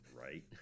Right